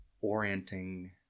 orienting